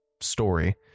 story